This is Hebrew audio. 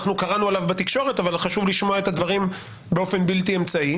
אנחנו קראנו עליו בתקשורת אבל חשוב לשמוע את הדברים באופן בלתי אמצעי